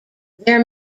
their